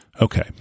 Okay